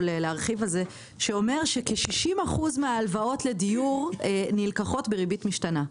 להרחיב על זה שאומר שכ-60% מההלוואות לדיור נלקחות בריבית משתנה.